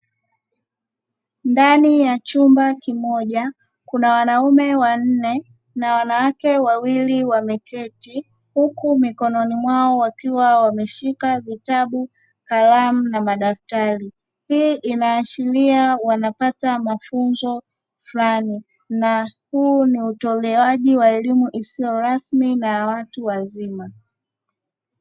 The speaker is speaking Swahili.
Ndani ya chumba kimoja kuna wanaume wanne na wanwake wawili wameketi huku mikononi mwao wakiwa wameshika vitabu kalamu na madaftari, hii inaashiria wanapata mafunzo furani na huu ni utolewaji wa elimu isiyo rami na ya watu wazima.